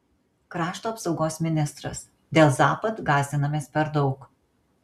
krašto apsaugos ministras dėl zapad gąsdinamės per daug